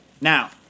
Now